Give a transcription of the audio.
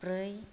ब्रै